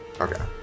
Okay